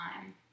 time